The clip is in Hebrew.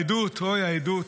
העדות, אוי העדות,